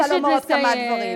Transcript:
אני רק רוצה לומר עוד כמה דברים.